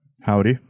Howdy